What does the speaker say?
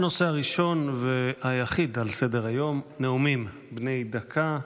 הנושא הראשון והיחיד על סדר-היום, נאומים בני דקה.